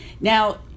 Now